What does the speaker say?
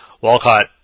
Walcott